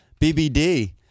BBD